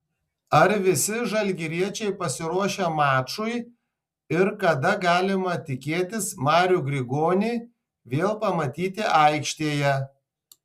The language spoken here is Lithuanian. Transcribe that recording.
ar visi žalgiriečiai pasiruošę mačui ir kada galima tikėtis marių grigonį vėl pamatyti aikštėje